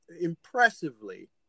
impressively